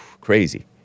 crazy